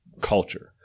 culture